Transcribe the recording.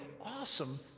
awesome